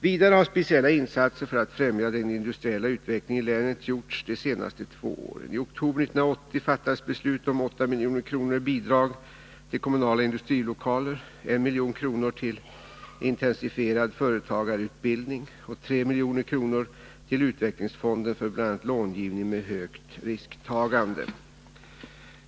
Vidare har speciella insatser för att främja den industriella utvecklingen i länet gjorts de senaste två åren. I oktober 1980 fattades beslut om 8 milj.kr. i bidrag till kommunala industrilokaler, 1 milj.kr. till intensifierad företagarutbildning och 3 milj.kr. till utvecklingsfonden för bl.a. långivning med högt risktagande.